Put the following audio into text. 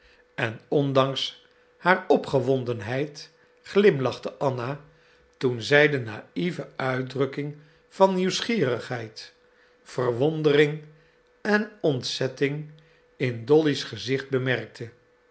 en ondanks haar opgewondenheid glimlachte anna toen zij de naïve uitdrukking van nieuwsgierigheid verwondering en ontzetting in dolly's gezicht bemerkte